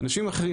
אנשים אחרים,